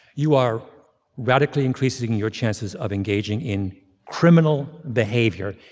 you are radically increasing your chances of engaging in criminal behavior,